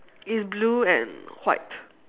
it's blue and white